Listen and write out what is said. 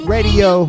Radio